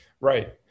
Right